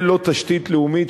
זה לא תשתית לאומית,